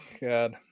God